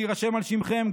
שיירשם על שמכם,